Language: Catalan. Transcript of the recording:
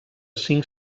cinc